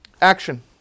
action